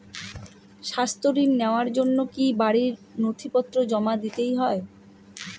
স্বাস্থ্য ঋণ নেওয়ার জন্য কি বাড়ীর নথিপত্র জমা দিতেই হয়?